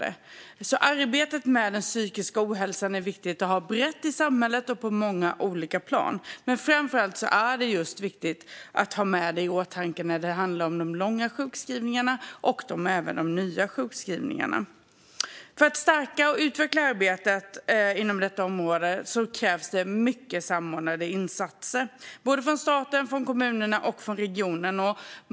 Det är alltså viktigt att arbetet med den psykiska ohälsan sker brett i samhället och på många olika plan. Framför allt är det dock viktigt att ha det i åtanke när det gäller de långa sjukskrivningarna - och även de nya sjukskrivningarna. För att stärka och utveckla arbetet inom detta område krävs det många samordnade insatser från staten, kommunerna och regionerna.